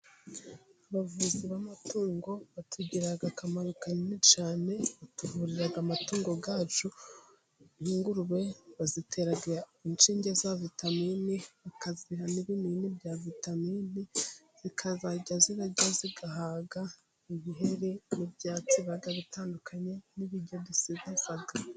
Abavuzi b'amatungo batugirira akamaro kanini cyane, batuvurira amatungo yacu, nk'ingurube bazitera inshinge za vitamini, bakaziha n'ibinini bya vitamini, zikazajya zirarya zigahaga, ibiheri n'ibyatsi biba bitandukanye, n'ibiryo dusigaza.